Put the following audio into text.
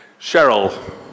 Cheryl